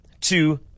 two